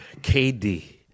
KD